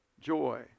joy